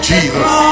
Jesus